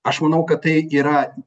aš manau kad tai yra